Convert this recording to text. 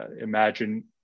imagine